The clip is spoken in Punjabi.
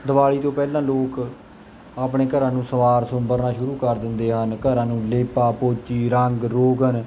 ਦਿਵਾਲੀ ਤੋਂ ਪਹਿਲਾਂ ਲੋਕ ਆਪਣੇ ਘਰਾਂ ਨੂੰ ਸਵਾਰ ਸੁਬਰਨਾ ਸ਼ੁਰੂ ਕਰ ਦਿੰਦੇ ਹਨ ਘਰਾਂ ਨੂੰ ਲੇਪਾ ਪੋਚੀ ਰੰਗ ਰੋਗਨ